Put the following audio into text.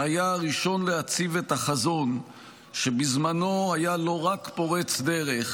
שהיה הראשון להציב את החזון שבזמנו היה לא רק פורץ דרך,